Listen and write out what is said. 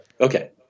Okay